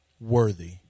Worthy